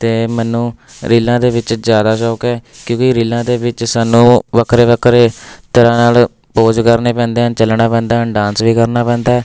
ਅਤੇ ਮੈਨੂੰ ਰੀਲਾਂ ਦੇ ਵਿੱਚ ਜ਼ਿਆਦਾ ਸ਼ੌਂਕ ਹੈ ਕਿਉਂਕਿ ਰੀਲਾਂ ਦੇ ਵਿੱਚ ਸਾਨੂੰ ਵੱਖਰੇ ਵੱਖਰੇ ਤਰ੍ਹਾਂ ਨਾਲ ਪੋਜ਼ ਕਰਨੇ ਪੈਂਦੇ ਹਨ ਚੱਲਣਾ ਪੈਂਦਾ ਹਨ ਡਾਂਸ ਵੀ ਕਰਨਾ ਪੈਂਦਾ ਹੈ